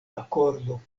akordo